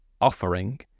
offering